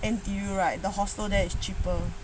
N_T_U right the hostel there is cheaper